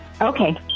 Okay